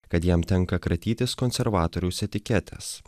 kad jam tenka kratytis konservatoriaus etiketės